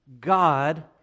God